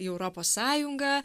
į europos sąjungą